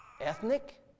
ethnic